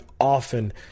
often